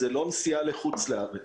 זה לא נסיעה לחוץ לארץ.